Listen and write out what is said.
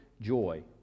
joy